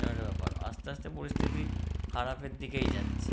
এরম একটা ব্যাপার আস্তে আস্তে পরিস্থিতি খারাপের দিকেই যাচ্ছে